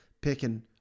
picking